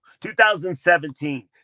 2017